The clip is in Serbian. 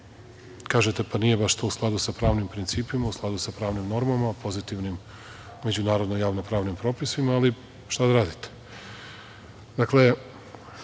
kažete, pa nije baš to u skladu sa pravnim principima, u skladu sa pravnim normama, pozitivnim međunarodno javno pravnim propisima, ali šta da radite. Dakle,